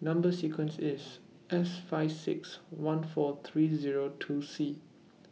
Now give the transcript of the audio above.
Number sequence IS S five six one four three Zero two C